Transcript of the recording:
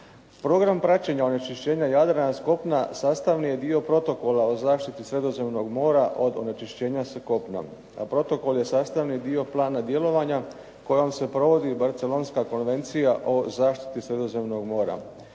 Program praćenja onečišćenja Jadrana s kopna sastavni je dio protokola o zaštiti Sredozemnog mora od onečišćenja sa kopna. A protokol je sastavni dio plana djelovanja kojom se provodi Barcelonska konvencija o zaštiti Sredozemnog mora.